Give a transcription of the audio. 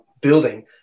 building